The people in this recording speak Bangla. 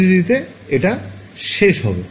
FDTD তে এটা শেষ হবে